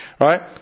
Right